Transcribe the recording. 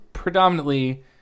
predominantly